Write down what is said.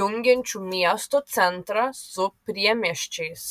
jungiančių miesto centrą su priemiesčiais